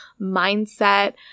mindset